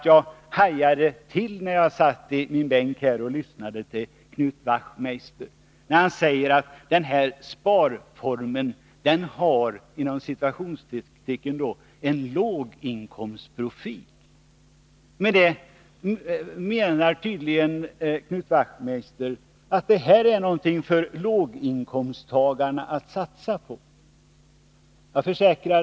Jag hajade till när jag satt i min bänk och lyssnade på Knut Wachtmeisters anförande, och han sade att den här sparformen har en ”låginkomstprofil”. Knut Wachtmeister menar tydligen att detta är någonting för låginkomsttagarna att satsa på.